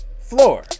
Floor